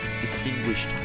distinguished